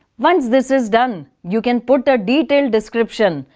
once this is done, you can put a well-detailed description